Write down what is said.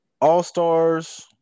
All-Stars